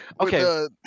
Okay